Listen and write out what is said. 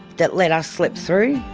that let us slip through,